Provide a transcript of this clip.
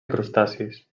crustacis